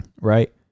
Right